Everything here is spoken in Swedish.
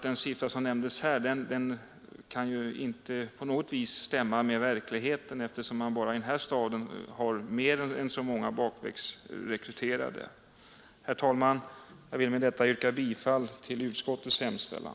Den siffra som nämndes kan nämligen inte stämma med verkligheten. Bara i den här staden har man mer än så många bakvägsrekryterade. Herr talman! Jag ber att med detta få yrka bifall till utskottets hemställan.